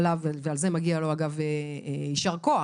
ועל זה מגיע לו אגב יישר כוח,